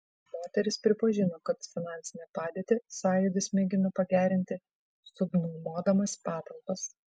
moteris pripažino kad finansinę padėtį sąjūdis mėgina pagerinti subnuomodamas patalpas